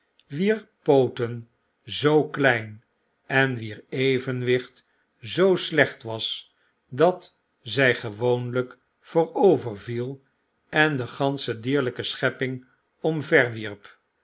wier pooten zoo klein en wier evenwicht zoo slecht was dat zij gewoonlp voorover viel en de gansche dierlpe schepping omverwierp